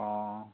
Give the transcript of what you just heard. অঁ